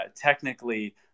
technically